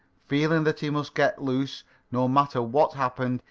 feeling that he must get loose no matter what happened,